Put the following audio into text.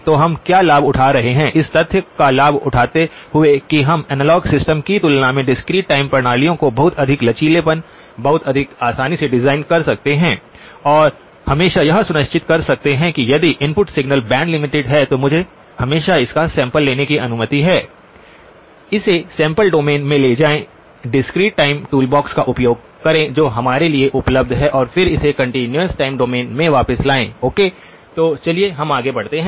तो हम क्या लाभ उठा रहे हैं इस तथ्य का लाभ उठाते हुए कि हम एनालॉग सिस्टम की तुलना में डिस्क्रीट टाइम प्रणालियों को बहुत अधिक लचीलेपन बहुत अधिक आसानी से डिजाइन कर सकते हैं और हमेशा यह सुनिश्चित कर सकते हैं कि यदि इनपुट सिग्नल बैंड लिमिटेड है तो मुझे हमेशा इसका सैंपल लेने की अनुमति है इसे सैंपल डोमेन में ले जाएँ डिस्क्रीट टाइम टूलबॉक्स का उपयोग करें जो हमारे लिए उपलब्ध है और फिर इसे कंटीन्यूअस टाइम डोमेन में वापस लाएँ ओके तो चलिए हम आगे बढ़ते हैं